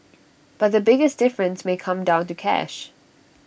but the biggest difference may come down to cash